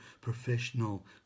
professional